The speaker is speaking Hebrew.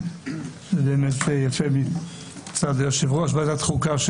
זה באמת יפה מצד יושב-ראש ועדת החוקה,